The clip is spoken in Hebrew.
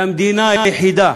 והמדינה היחידה,